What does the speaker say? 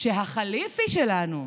שהחליפי שלנו,